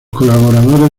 colaboradores